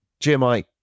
GMI